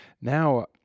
now